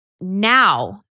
now